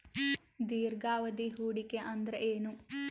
ದೀರ್ಘಾವಧಿ ಹೂಡಿಕೆ ಅಂದ್ರ ಏನು?